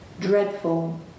dreadful